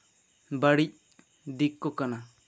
ᱵᱟᱹᱲᱤᱡ ᱫᱤᱠ ᱠᱚ ᱠᱟᱱᱟ